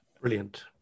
brilliant